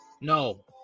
No